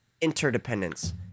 interdependence